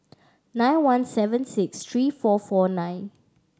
nine one seven six three four four nine